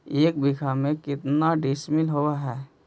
एक बीघा में केतना डिसिमिल होव हइ?